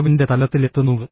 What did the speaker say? മികവിന്റെ തലത്തിലെത്തുന്നു